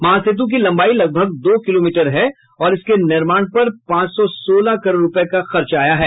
महासेतु की लंबाई लगभग दो किलोमीटर है और इसके निर्माण पर पांच सौ सोलह करोड़ रूपये का खर्च आया है